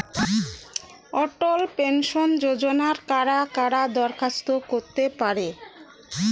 অটল pension যোজনায় কারা কারা দরখাস্ত করতে পারে?